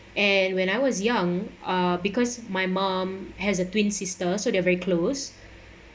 and when I was young uh because my mom has a twin sister so they are very close